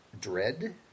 dread